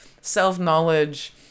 self-knowledge